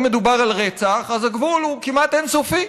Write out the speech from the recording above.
אם מדובר על רצח, אז הגבול הוא כמעט אין-סופי,